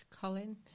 Colin